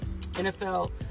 nfl